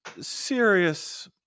serious